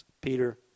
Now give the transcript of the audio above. Peter